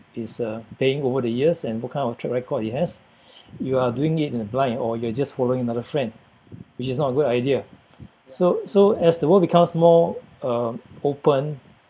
it's uh paying over the years and what kind of track record it has you are doing it in a blind or you're just following another friend which is not a good idea so so as the world becomes more uh open